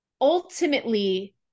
ultimately